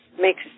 Makes